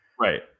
Right